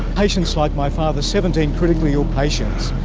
patients like my father, seventeen critically ill patients,